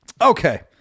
Okay